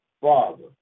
Father